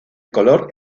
color